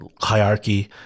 hierarchy